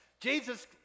Jesus